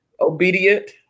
obedient